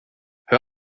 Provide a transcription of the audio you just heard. hör